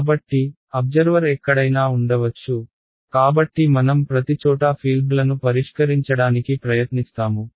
కాబట్టి అబ్జర్వర్ ఎక్కడైనా ఉండవచ్చు కాబట్టి మనం ప్రతిచోటా ఫీల్డ్లను పరిష్కరించడానికి ప్రయత్నిస్తాము